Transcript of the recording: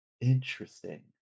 interesting